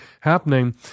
happening